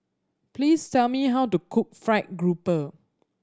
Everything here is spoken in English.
please tell me how to cook fried grouper